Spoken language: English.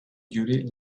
beauty